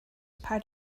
part